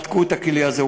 בדקו את הכלי הזה,